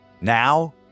Now